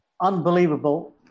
Unbelievable